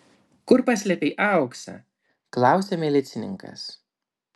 kur paslėpei auksą klausia milicininkas